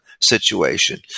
situation